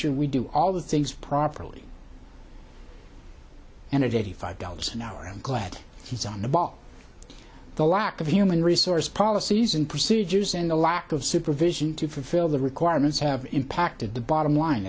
sure we do all the things properly and it eighty five dollars an hour i'm glad he's on the ball the lack of human resource policies and procedures and the lack of supervision to fulfill the requirements have impacted the bottom line